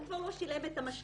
הוא כבר לא שילם את המשכנתא,